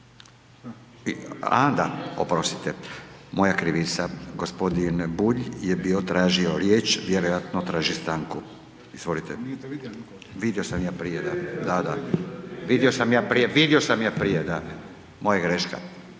A da, oprostite, moja krivica, g. Bulj je bio tražio riječ, vjerojatno traži stanku, izvolite. …/Upadica sa strane, ne razumije se./… Vidio sam ja prije, da, moja greška.